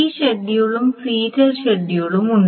ഈ ഷെഡ്യൂളും സീരിയൽ ഷെഡ്യൂളും ഉണ്ട്